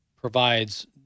provides –